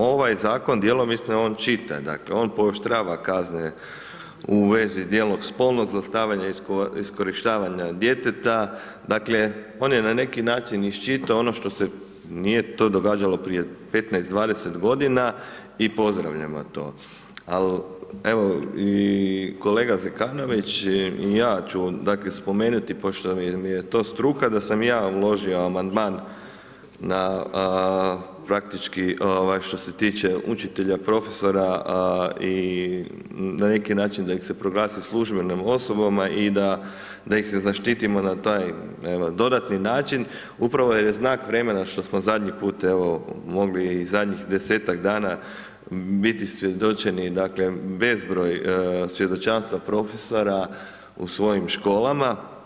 Ovaj zakon djelomično je on ... dakle on pooštrava kazne u vezi djela spolnog zlostavljanja i iskorištavanja djeteta, dakle on je na neki način iščitao ono što se nije to događalo prije 15, 20 g. i pozdravljamo ali evo i kolega Zekanović i ja ću dakle spomenuti pošto mi je to struka da sam i ja uložio amandman na praktički ovaj što se tiče učitelja, profesora i na neki način da ih se proglasi službenim osobama i da ih se zaštitimo na taj evo dodatni način, upravo jer je znak vremena što smo zadnji put mogli i zadnjih 10-tak dana biti svjedočeni, dakle bezbroj svjedočanstva profesora u svojim školama.